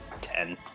Ten